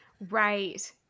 Right